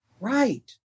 right